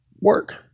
work